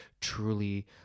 truly